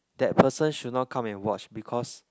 that person should not come and watch because